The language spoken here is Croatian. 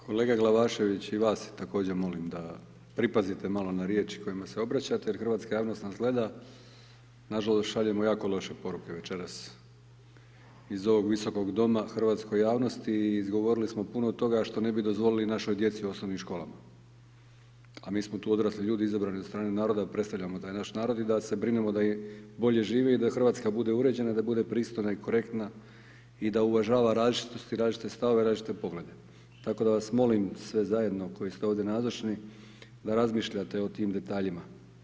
Kolega Glavašević, i vas također molim da pripazite malo na riječi kojima se obraćate jer hrvatska javnost nas gleda, nažalost, šaljemo jako loše poruke večeras iz ovog Visokog doma hrvatskoj javnosti i izgovorili smo puno toga što ne bi dozvolili našoj djeci u osnovnim školama, a mi smo tu odrasli ljudi, izabrani od strane naroda, predstavljamo taj naš narod i da se brinemo da im bolje živi i da RH bude uređena, da bude pristojna i korektna i da uvažava različitosti i različite stavove i različite poglede, tako da vas molim sve zajedno koji ste ovdje nazočni da razmišljate o tim detaljima.